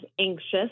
anxious